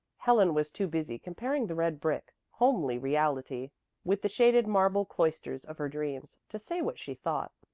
helen was too busy comparing the red-brick, homely reality with the shaded marble cloisters of her dreams, to say what she thought.